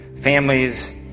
families